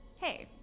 Hey